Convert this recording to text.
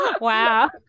Wow